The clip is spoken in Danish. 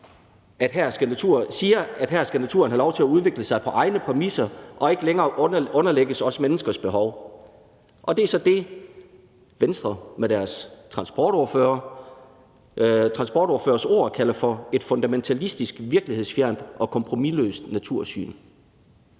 at her skal naturen have lov til at udvikle sig på egne præmisser og ikke længere underlægges vi menneskers behov, og det er så det, Venstre med deres transportordførers ord kalder for et fundamentalistisk, virkelighedsfjernt og kompromisløst natursyn.